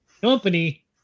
company